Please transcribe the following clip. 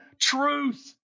truth